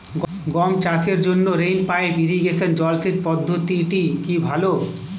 গম চাষের জন্য রেইন পাইপ ইরিগেশন জলসেচ পদ্ধতিটি কি ভালো?